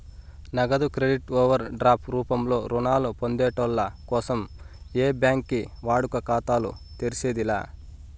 నగదు credit overdraft రూపంలో రుణాలు పొందేటోళ్ళ కోసం ఏ బ్యాంకి వాడుక ఖాతాలు తెర్సేది లా